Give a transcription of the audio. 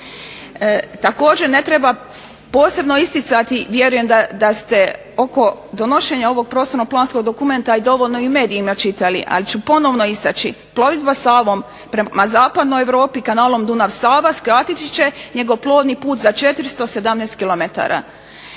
Također ne treba posebno isticati, vjerujem da ste oko donošenja ovog prostorno-planskog dokumenta dovoljno i u medijima čitali ali ću ponovno istaći. Plovidba Savom prema zapadnoj Europi kanalom Dunav-Sava skratiti će njegov plovni put za 417 km.